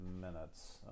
minutes